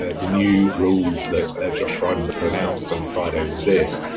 ah the new rules that josh frydenberg announced on friday was this.